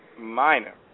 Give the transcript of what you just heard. minor